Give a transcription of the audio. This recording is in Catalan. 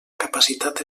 capacitat